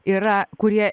yra kurie